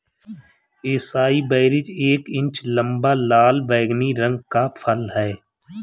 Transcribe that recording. acai berries एक inch लंबा, लाल बैंगनी रंग का फल है